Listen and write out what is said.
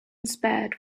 spared